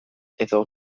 edo